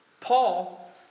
Paul